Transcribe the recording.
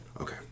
okay